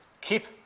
keep